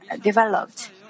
developed